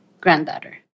granddaughter